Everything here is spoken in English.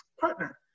partner